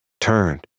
turned